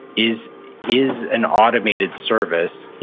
is is an automated service,